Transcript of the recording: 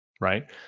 right